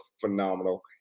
phenomenal